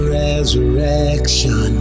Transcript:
resurrection